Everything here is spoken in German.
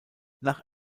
nach